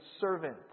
servant